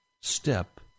step